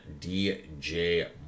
DJ